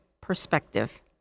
perspective